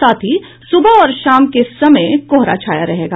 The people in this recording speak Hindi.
साथ ही सुबह और शाम के समय कोहरा छाया रहेगा